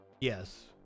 Yes